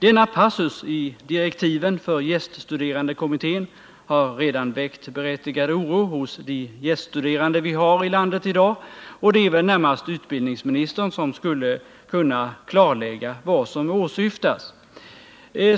Denna passus i direktiven för gäststuderandekommittén har redan väckt berättigad oro hos de gäststuderande vi har i landet i dag, och det är väl närmast utbildningsministern som skulle kunna klarlägga vad som åsyftas.